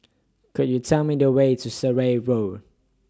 Could YOU Tell Me The Way to Surrey Road